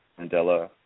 Mandela